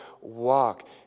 walk